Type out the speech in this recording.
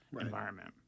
environment